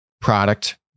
product